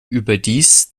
überdies